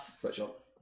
sweatshop